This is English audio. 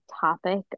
topic